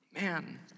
Man